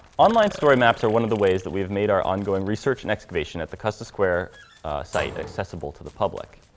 online story maps are one of the ways that we've made our ongoing research and excavation at the custis square site accessible to the public.